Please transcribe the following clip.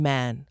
Man